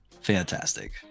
fantastic